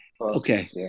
Okay